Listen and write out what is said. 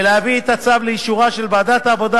ולהביא את הצו לאישורה של ועדת העבודה,